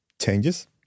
changes